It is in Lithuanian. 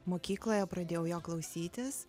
mokykloje pradėjau jo klausytis